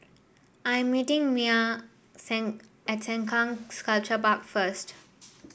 I am meeting Myah at Sengkang Sculpture Park first